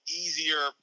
easier